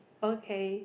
okay